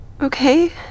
Okay